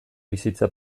bizitza